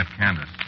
Candace